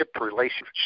relationship